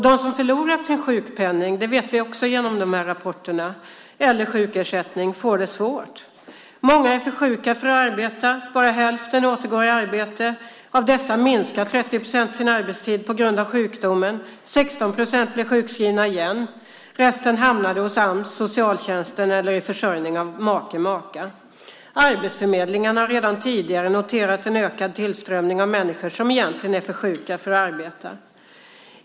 De som har förlorat sin sjukpenning eller sin sjukersättning, det vet vi också genom de här rapporterna, får det svårt. Många är för sjuka för att arbeta. Bara hälften återgår i arbete. Av dessa minskar 30 procent sin arbetstid på grund av sjukdomen. 16 procent blir sjukskrivna igen. Resten hamnade hos Ams, socialtjänsten eller med försörjning av make eller maka. Arbetsförmedlingarna har redan tidigare noterat en ökad tillströmning av människor som egentligen är för sjuka för att arbeta.